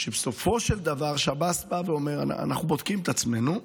שבסופו של דבר שב"ס בא ואומר: אנחנו בודקים את עצמנו.